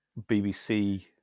BBC